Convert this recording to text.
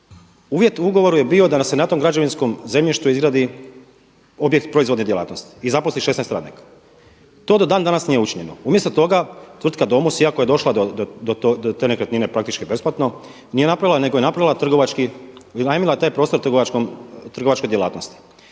Uvjet u ugovoru je bio da se na tom građevinskom zemljištu izgradi objekt proizvodne djelatnosti i zaposli 16 radnika. To do dan-danas nije učinjeno. Umjesto toga tvrtka Domos, iako je došla do te nekretnine praktički besplatno, nije napravila nego je napravila trgovački, iznajmila taj prostor trgovačkoj djelatnosti.